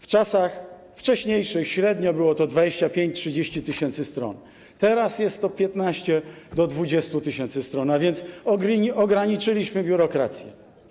W czasach wcześniejszych średnio było to 25 do 30 tys. stron, teraz jest to 15 do 20 tys. stron, a więc ograniczyliśmy biurokrację.